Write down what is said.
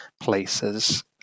places